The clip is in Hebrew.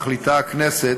מחליטה הכנסת,